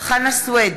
חנא סוייד,